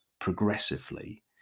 progressively